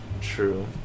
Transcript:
true